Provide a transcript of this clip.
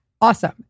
awesome